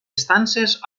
estances